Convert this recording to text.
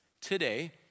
Today